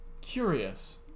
Curious